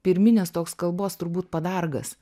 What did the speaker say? pirminės toks kalbos turbūt padargas